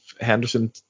Henderson